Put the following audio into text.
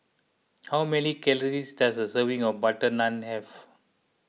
how many calories does a serving of Butter Naan have